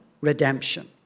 redemption